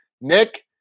Nick